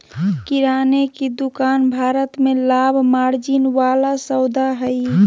किराने की दुकान भारत में लाभ मार्जिन वाला सौदा हइ